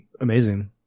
amazing